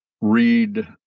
read